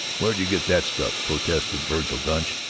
where d' you get that stuff? protested vergil gunch.